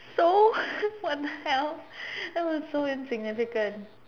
so what the hell that was so insignificant